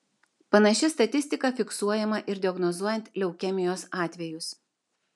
panaši statistika fiksuojama ir diagnozuojant leukemijos atvejus